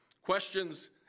questions